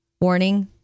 Warning